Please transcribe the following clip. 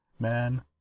Man